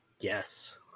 Yes